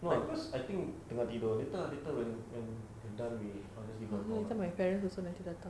no because I think tengah tidur later later when we are done I will just give her a call